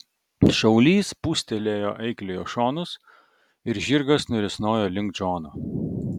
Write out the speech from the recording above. šaulys spūstelėjo eikliojo šonus ir žirgas nurisnojo link džono